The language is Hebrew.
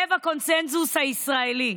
לב הקונסנזוס הישראלי.